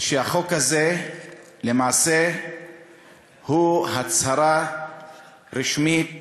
שהחוק הזה למעשה הוא הצהרה רשמית